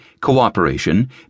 cooperation